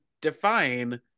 define